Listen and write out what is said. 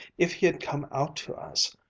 if he had come out to us,